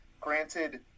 Granted